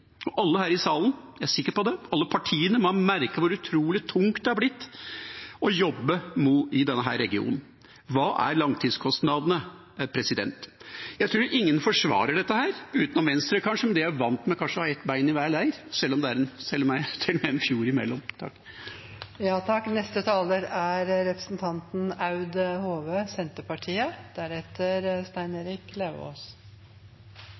Alle her i salen – jeg er sikker på det – alle partier må ha merket hvor utrolig tungt det er blitt å jobbe i denne regionen. Hva er langtidskostnadene? Jeg tror ingen forsvarer dette, utenom Venstre kanskje, men de er kanskje vant med å ha ett bein i hver leir, sjøl om det til og med er en